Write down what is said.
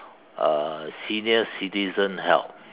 uh senior citizen help